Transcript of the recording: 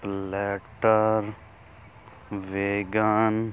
platter vegan